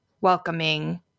welcoming